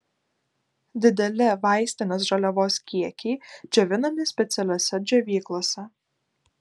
dideli vaistinės žaliavos kiekiai džiovinami specialiose džiovyklose